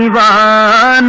da